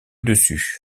dessus